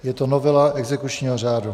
Je to novela exekučního řádu.